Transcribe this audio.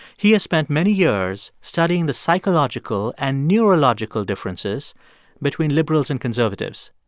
he has spent many years studying the psychological and neurological differences between liberals and conservatives.